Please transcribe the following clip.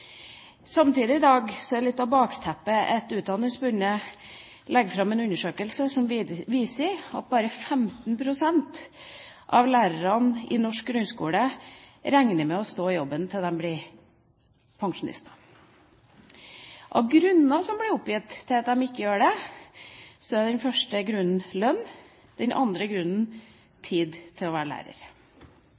er litt av bakteppet i dag at Utdanningsforbundet legger fram en undersøkelse som viser at bare 15 pst. av lærerne i norsk grunnskole regner med å stå i jobben til de blir pensjonister. Den første grunnen som blir oppgitt for at de ikke vil det, er lønn. Den andre grunnen er tid til å være lærer.